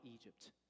Egypt